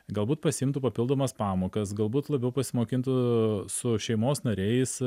galbūt pasiimtų papildomas pamokas galbūt labiau pasimokintų su šeimos nariais